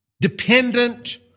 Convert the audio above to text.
dependent